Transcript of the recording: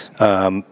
Yes